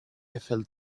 eiffel